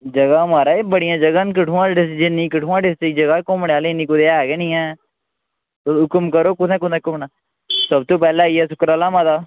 जगह महाराज बड़ियां जगहां न कठुआ जिन्नी कठुआ डिस्ट्रिक्ट च न जगह घूमने आह्लियां इन्नियां कुदै निं है गै निं ऐ हुकम करो कु'त्थें कु'त्थें घूमना सब तू पैह्लें आई गेआ सुकराला माता